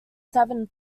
seven